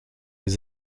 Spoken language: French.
les